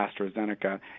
AstraZeneca